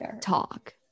talk